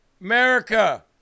America